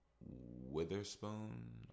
Witherspoon